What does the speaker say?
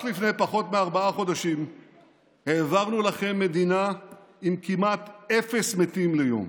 רק לפני פחות מארבעה חודשים העברנו לכם מדינה עם כמעט אפס מתים ליום,